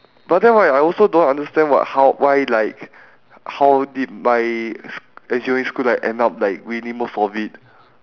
but then right I also don't understand what how why like how did my sc~ engineering school like end up like winning most of it